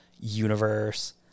universe